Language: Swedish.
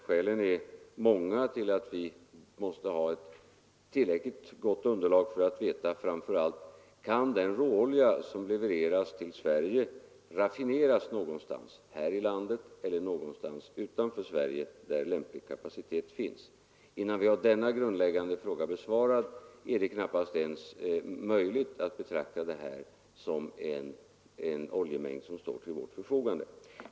Skälen är många till att vi måste ha ett tillräckligt gott underlag för att veta framför allt: Kan den råolja som levereras till Sverige raffineras någonstans här i landet eller någonstans utanför Sverige där lämplig kapacitet finns? Innan vi har denna grundläggande fråga besvarad är det knappast ens möjligt att betrakta det här som en oljemängd som står till vårt förfogande.